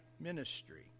ministry